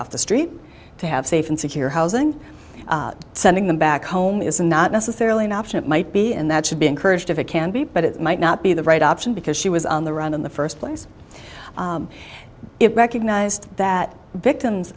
off the street to have safe and secure housing sending them back home is not necessarily an option it might be and that should be encouraged if it can be but it might not be the right option because she was on the run in the first place it recognized that victims